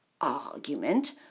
argument